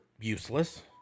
useless